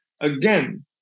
again